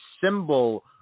symbol